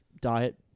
diet